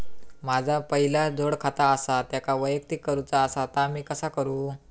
माझा पहिला जोडखाता आसा त्याका वैयक्तिक करूचा असा ता मी कसा करू?